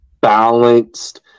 balanced